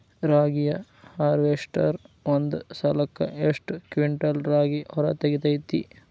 ರಾಗಿಯ ಹಾರ್ವೇಸ್ಟರ್ ಒಂದ್ ಸಲಕ್ಕ ಎಷ್ಟ್ ಕ್ವಿಂಟಾಲ್ ರಾಗಿ ಹೊರ ತೆಗಿತೈತಿ?